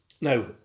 ...now